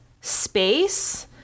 space